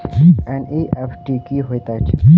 NEFT की होइत अछि?